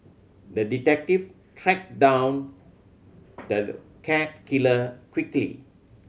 the detective tracked down the cat killer quickly